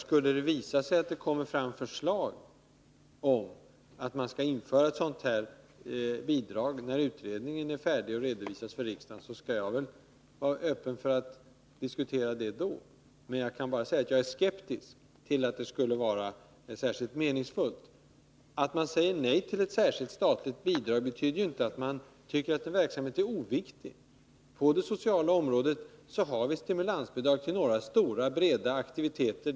Skulle det visa sig att det kommer fram förslag om att man skall införa ett sådant här bidrag, när utredningen är färdig och redovisas för riksdagen, skall jag vara öppen för att diskutera det då. Men jag kan bara säga att jag är skeptisk till att det skulle vara särskilt meningsfullt. Att man säger nej till ett särskilt statligt bidrag betyder inte att man tycker att verksamheten är oviktig. På det sociala området har vi stimulansbidrag till några stora breda aktiviteter.